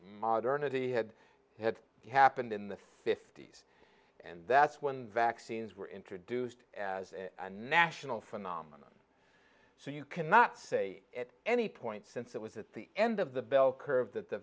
modernity had had happened in the fifty's and that's when the vaccines were introduced as a national phenomenon so you cannot say at any point since it was at the end of the bell curve that the